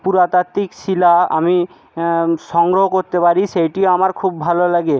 পুরাতাত্ত্বিক শিলা আমি সংগ্রহ করতে পারি সেইটি আমার খুব ভালো লাগে